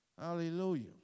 Hallelujah